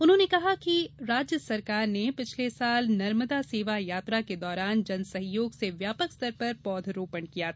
उन्होंने कहा कि राज्य सरकार ने पिछले वर्ष नर्मदा सेवा यात्रा के दौरान जन सहयोग से व्यापक स्तर पर पौध रोपण किया गया